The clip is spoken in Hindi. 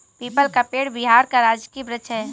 पीपल का पेड़ बिहार का राजकीय वृक्ष है